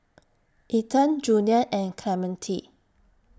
Ethan Junior and Clemente